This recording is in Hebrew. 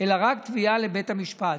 אלא רק תביעה לבית המשפט,